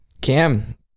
Cam